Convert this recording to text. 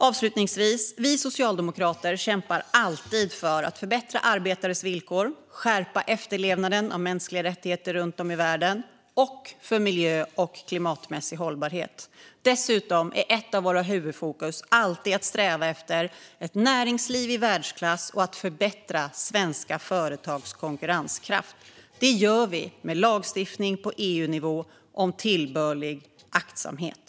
Avslutningsvis: Vi socialdemokrater kämpar alltid för miljö och klimatmässig hållbarhet och för att förbättra arbetares villkor och skärpa efterlevnaden av mänskliga rättigheter runt om i världen. Dessutom är ett av våra huvudfokus alltid att sträva efter ett näringsliv i världsklass och att förbättra svenska företags konkurrenskraft. Det gör vi med lagstiftning på EU-nivå om tillbörlig aktsamhet.